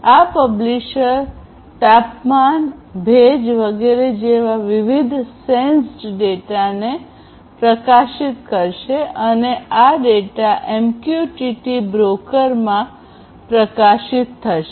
આ પ્રકાશક તાપમાન ભેજ વગેરે જેવા વિવિધ સેન્સેડ ડેટાને પ્રકાશિત કરશે અને આ ડેટા એમક્યુટીટી બ્રોકરમાં પ્રકાશિત થશે